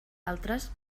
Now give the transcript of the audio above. altres